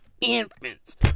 infants